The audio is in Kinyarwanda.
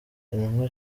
intumwa